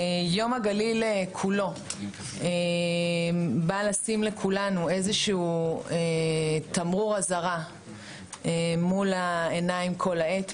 יום הגליל כולו בא לשים לכולנו איזשהו תמרור אזהרה מול העיניים כל העת.